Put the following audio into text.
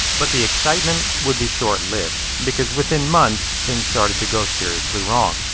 but the excitement would be short-lived because within months things started to go seriously wrong.